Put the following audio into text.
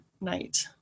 night